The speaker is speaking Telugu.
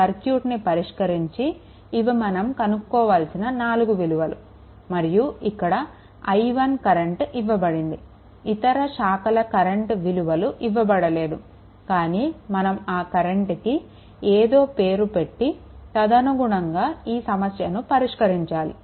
సర్క్యూట్ని పరిష్కరించి ఇవి మనం కొనుక్కోవాల్సిన 4 విలువలు మరియు ఇక్కడ i1 కరెంట్ ఇవ్వబడింది ఇతర శాఖల కరెంట్ విలువలు ఇవ్వబడలేదు కానీ మనం ఆ కరెంట్కి ఏదో పేరు పెట్టి తదనుగుణంగా ఈ సమస్యను పరిష్కరించాలి